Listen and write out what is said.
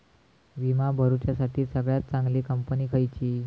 विमा भरुच्यासाठी सगळयात चागंली कंपनी खयची?